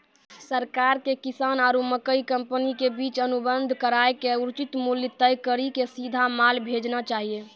सरकार के किसान आरु मकई कंपनी के बीच अनुबंध कराय के उचित मूल्य तय कड़ी के सीधा माल भेजना चाहिए?